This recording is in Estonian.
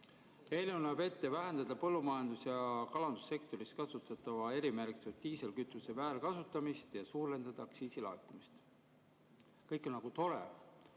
Eelnõu näeb ette vähendada põllumajandus- ja kalandussektoris kasutatava erimärgistatud diislikütuse väärkasutamist ja suurendada aktsiisi laekumist. Kõik on tore,